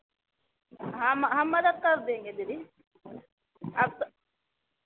हम हम मदद कर देंगे दीदी अप